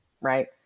Right